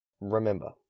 Remember